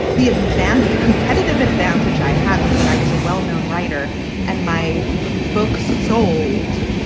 the event the competitive advantage i had was that i was a well-known writer and my book sold,